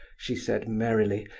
she said, merrily,